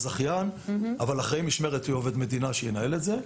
הזכיין אבל אחראי המשמרת יהיה עובד מדינה שינהל את זה.